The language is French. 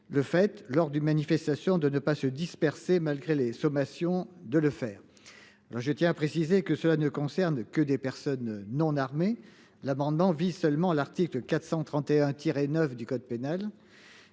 le fait lors d'une manifestation de ne pas se disperser, malgré les sommations de le faire. Je tiens à préciser que cela ne concerne que des personnes non armées l'amendement vise seulement l'article 431 tiré 9 du code pénal.